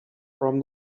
from